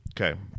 Okay